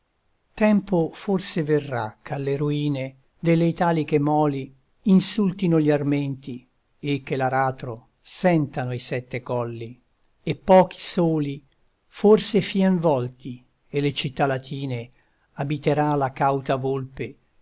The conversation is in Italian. tempo forse verrà ch'alle ruine delle italiche moli insultino gli armenti e che l'aratro sentano i sette colli e pochi soli forse fien volti e le città latine abiterà la cauta volpe